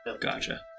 Gotcha